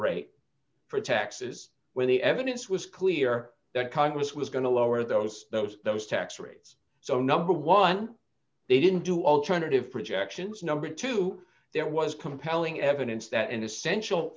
rate for taxes where the evidence was clear that congress was going to lower those those those tax rates so number one they didn't do alternative projections number two there was compelling evidence that an essential